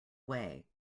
way